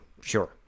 Sure